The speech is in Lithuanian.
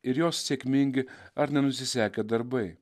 ir jos sėkmingi ar nenusisekę darbai